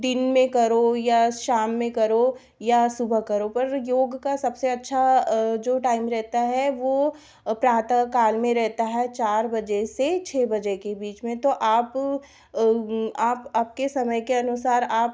दिन में करो या शाम में करो या सुबह करो पर योग का सबसे अच्छा जो टाइम रहता है वह प्रातः काल में रहता है चार बजे से छः बजे के बीच में तो आप आप आपके समय के अनुसार आप